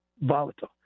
volatile